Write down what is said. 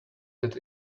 that